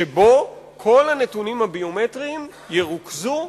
שבו כל הנתונים הביומטריים ירוכזו,